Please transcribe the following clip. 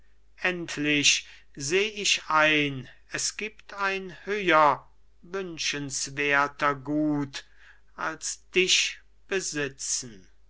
endlich seh ich ein es gibt ein höher wünschenswerter gut als dich besitzen